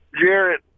Jared